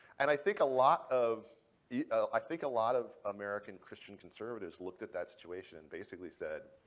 and i think a lot of yeah i think a lot of american christian conservatives looked at that situation and basically said,